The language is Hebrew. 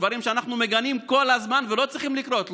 דברים שאנחנו מגנים כל הזמן ולא צריכים לקרות,